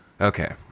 Okay